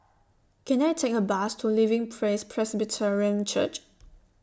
Can I Take A Bus to Living Praise Presbyterian Church